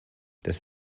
das